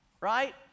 right